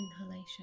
inhalation